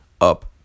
up